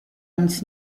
nic